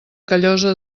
callosa